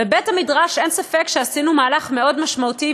בבית-המדרש אין ספק שעשינו מהלך מאוד משמעותי,